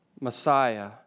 Messiah